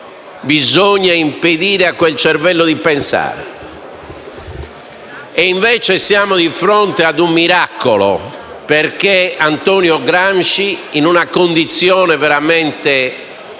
bisognava impedire a quel cervello di pensare. E, invece, siamo di fronte a un miracolo perché Antonio Gramsci, in una condizione veramente